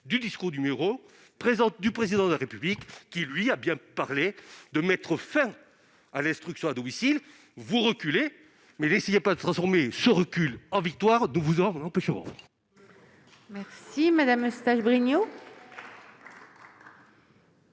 du discours des Mureaux du Président de la République, qui, lui, a bien parlé de mettre fin à l'instruction à domicile. Vous reculez, mais n'essayez pas de transformer ce recul en victoire, nous vous en empêcherons